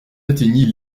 atteignit